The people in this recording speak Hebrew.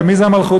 ומי זה המלכות?